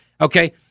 Okay